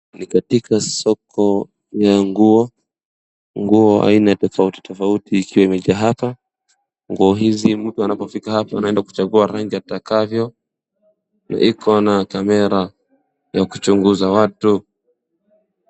Ni katika soko ya nguo. Nguo aina tofauti tofauti ikiwa imejaa hapa. Nguo hizi mtu anapofika hapa anaenda kuchagua rangi atakavyo. Na iko na kamera ya kuchunguza watu.